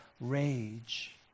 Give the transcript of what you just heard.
rage